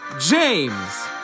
James